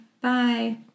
Bye